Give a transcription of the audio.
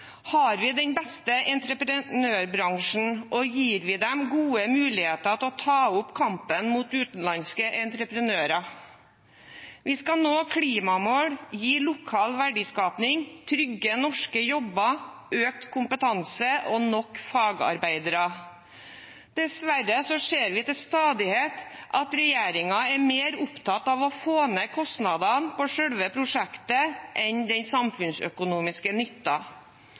Har vi den beste entreprenørbransjen, og gir vi dem gode muligheter til å ta opp kampen med utenlandske entreprenører? Vi skal nå klimamål, gi lokal verdiskaping, trygge norske jobber, økt kompetanse og nok fagarbeidere. Dessverre ser vi til stadighet at regjeringen er mer opptatt av å få ned kostnadene på selve prosjektet enn den samfunnsøkonomiske